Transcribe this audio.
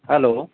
hello